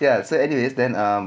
ya so anyway then um